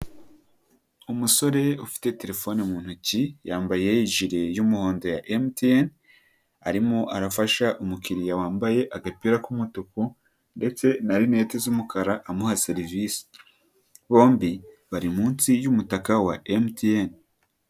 Umusore ufite telefone mu ntoki, yambaye ijile y'umuhondo ya MTN, arimo arafasha umukiliya wambaye agapira k'umutuku, ndetse na linete z'umukara amuha serivisi, bombi bari munsi y'umutaka wa MTN.